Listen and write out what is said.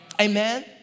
amen